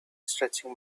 stretching